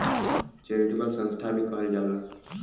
charitable संस्था भी कहल जाला